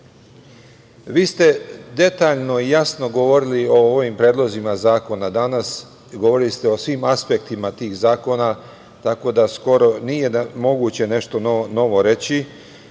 ste detaljno i jasno govorili o ovim predlozima zakona danas. Govorili ste o svim aspektima tih zakona, tako da skoro nije moguće nešto novo reći.